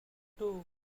two